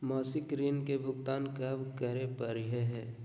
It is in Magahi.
मासिक ऋण के भुगतान कब करै परही हे?